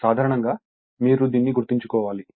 సాధారణంగా మీరు దీన్ని గుర్తుంచుకోవాలి